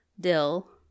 dill